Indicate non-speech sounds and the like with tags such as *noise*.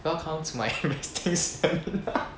welcome to my *laughs* investing seminar